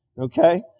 Okay